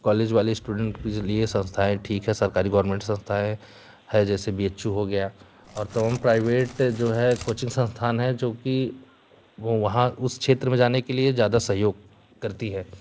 college वाले student के लिए संस्थाएँ ठीक है सरकारी गवर्नमेंट संस्थाएँ है जैसे बी एच यू हो गया और तमाम प्राइवेट जो है कोचिंग संस्थान है जो कि वो वहाँ उस क्षेत्र में जाने के लिए ज़्यादा सहयोग करती है